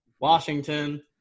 Washington